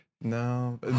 No